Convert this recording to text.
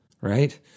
right